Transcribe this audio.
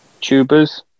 tubers